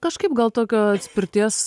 kažkaip gal tokio atspirties